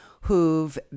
who've